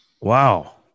Wow